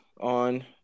on